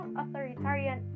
authoritarian